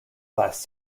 last